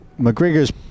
McGregor's